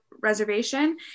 reservation